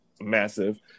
massive